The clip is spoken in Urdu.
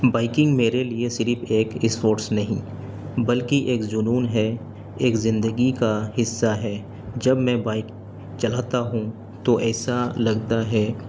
بائکنگ میرے لیے صرف ایک اسپورٹس نہیں بلکہ ایک جنون ہے ایک زندگی کا حصہ ہے جب میں بائک چلاتا ہوں تو ایسا لگتا ہے